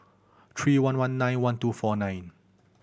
three one one nine one two four nine